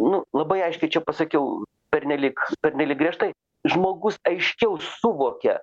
nu labai aiškiai čia pasakiau pernelyg pernelyg griežtai žmogus aiškiau suvokia